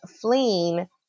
fleeing